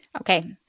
Okay